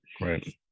right